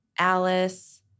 Alice